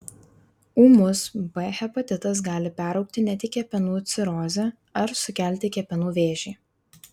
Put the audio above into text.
ūmus b hepatitas gali peraugti net į kepenų cirozę ar sukelti kepenų vėžį